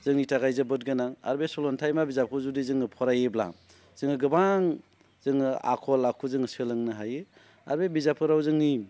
जोंनि थाखाय जोबोद गोनां आरो बे सलथायमा बिजाबखौ जुदि जोङो फरायोब्ला जोङो गोबां जोङो आखल आखु जोङो सोलोंनो हायो आरो बे बिजाबफोराव जोंनि